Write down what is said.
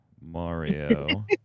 Mario